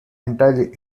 entirely